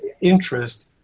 interest